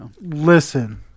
Listen